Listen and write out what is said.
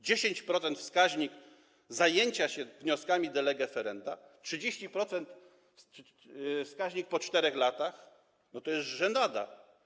10% to wskaźnik zajęcia się wnioskami de lege ferenda, 30% - wskaźnik po 4 latach - to jest żenada.